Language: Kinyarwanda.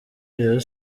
rayon